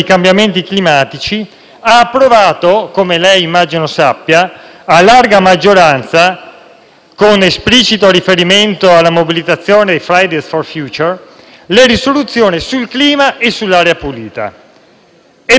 con esplicito riferimento alla mobilitazione Fridays for future, le risoluzioni sul clima e sull'aria pulita. Ebbene, Presidente, anche in quel caso, in particolare sulla risoluzione più importante, che è quella sul clima,